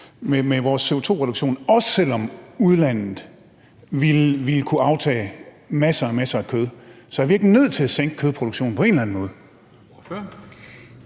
med vores CO2-reduktion, også selv om udlandet ville kunne aftage masser og masser af kød. Så er vi ikke nødt til at sænke kødproduktionen på en eller anden måde?